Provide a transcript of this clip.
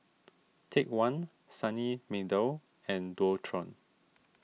Take one Sunny Meadow and Dualtron